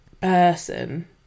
person